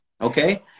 okay